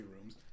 rooms